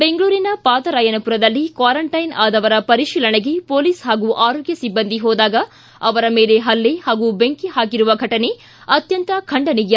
ಬೆಂಗಳೂರಿನ ಪಾದರಾಯನಪುರದಲ್ಲಿ ಕ್ವಾರಂಟೈನ್ ಆದವರ ಪರಿಶೀಲನೆಗೆ ಪೊಲೀಸ್ ಪಾಗೂ ಆರೋಗ್ಯ ಸಿಬ್ಬಂದಿ ಹೋದಾಗ ಅವರ ಮೇಲೆ ಪಲ್ಲೆ ಹಾಗೂ ಬೆಂಕಿ ಹಾಕಿರುವ ಘಟನೆ ಅತ್ತಂತ ಖಂಡನೀಯ